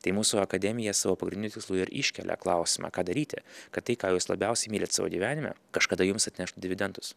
tai mūsų akademija savo pagrindiniu tikslu ir iškelia klausimą ką daryti kad tai ką jūs labiausiai mylit savo gyvenime kažkada jums atneš dividendus